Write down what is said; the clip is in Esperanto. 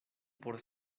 por